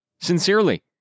Sincerely